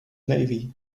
navy